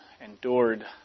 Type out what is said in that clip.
endured